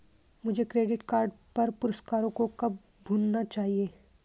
मुझे credit card पर पुरस्कारों को कब भुनाना चाहिए?